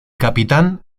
capitán